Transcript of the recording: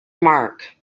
mark